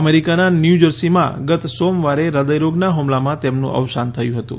અમેરીકાનાં ન્યુજર્સીમાં ગત સોમવારે હૃદયરોગનાં હુમલામાં તેમનું અવસાન થયું હતું